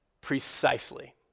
Precisely